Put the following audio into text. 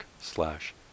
slash